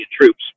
Troops